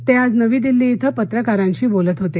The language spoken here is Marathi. ते आज नवी दिल्ली इथं पत्रकारांशी बोलत होते